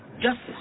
justice